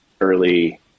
early